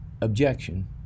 objection